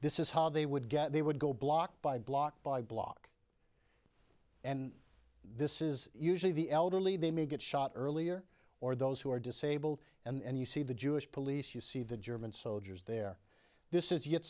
this is how they would get they would go block by block by block and this is usually the elderly they may get shot earlier or those who are disabled and you see the jewish police you see the german soldiers there this is y